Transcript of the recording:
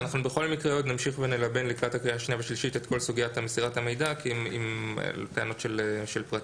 בכל מקרה אנחנו נמשיך ונלבן את כל סוגיית מסירת המידע לקראת הקריאה השנייה